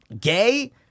gay